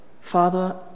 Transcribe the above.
Father